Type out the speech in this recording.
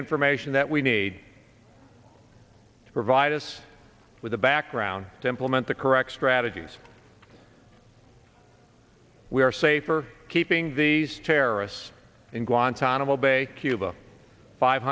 information that we need to provide us with the background to implement the correct strategies we are safer keeping these terrorists in guantanamo bay cuba five